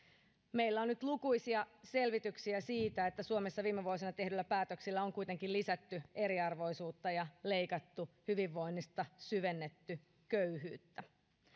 meillä on nyt lukuisia selvityksiä siitä että suomessa viime vuosina tehdyillä päätöksillä on kuitenkin lisätty eriarvoisuutta ja leikattu hyvinvoinnista syvennetty köyhyyttä